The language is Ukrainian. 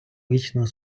вічного